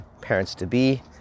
parents-to-be